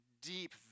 deep